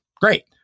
great